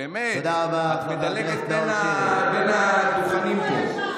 באמת, את מדלגת בין הדוכנים פה.